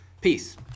Peace